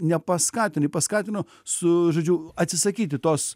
nepaskatini paskatino su žodžiu atsisakyti tos